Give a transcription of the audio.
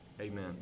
Amen